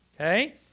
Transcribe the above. okay